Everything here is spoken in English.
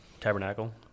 Tabernacle